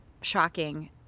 shocking